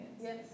Yes